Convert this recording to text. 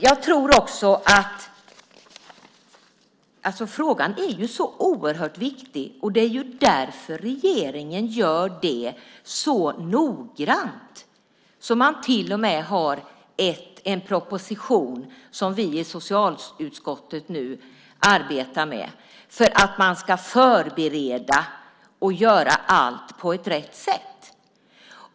Den här frågan är så oerhört viktig, och det är därför regeringen gör det här så noggrant att man till och med har en proposition, som vi i socialutskottet nu arbetar med, för att man ska förbereda och göra allt på ett riktigt sätt.